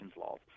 laws